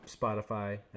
Spotify